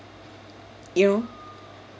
you